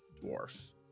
dwarf